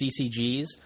CCGs